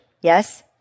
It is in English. Yes